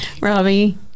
Robbie